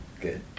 Good